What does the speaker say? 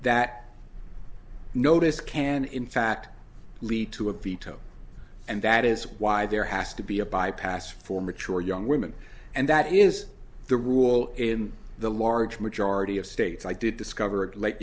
that notice can in fact lead to a veto and that is why there has to be a bypass for mature young women and that is the rule in the large majority of states i did discover